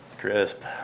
Crisp